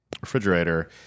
refrigerator